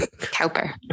Cowper